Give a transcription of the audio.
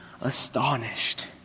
astonished